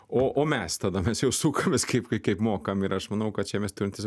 o o mes tada mes jau sukam kaip kaip kaip mokam ir aš manau kad čia mes turim tiesiog